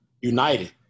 united